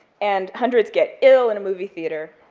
and hundreds get ill in a movie theater,